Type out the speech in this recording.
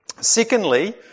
Secondly